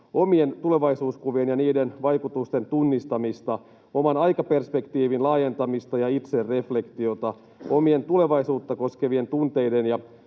omien tulevaisuuskuvien ja niiden vaikutusten tunnistamista; oman aikaperspektiivin laajentamista ja itsereflektiota; omien tulevaisuutta koskevien tunteiden